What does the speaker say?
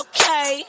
Okay